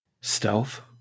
stealth